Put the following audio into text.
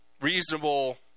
reasonable